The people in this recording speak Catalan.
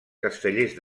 castellers